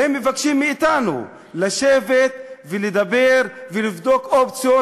והם מבקשים מאתנו לשבת ולדבר ולבדוק אופציות,